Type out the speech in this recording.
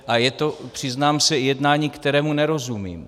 A je to, přiznám se, jednání, kterému nerozumím.